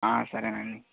సరేనండి